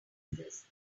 this